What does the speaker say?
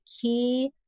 key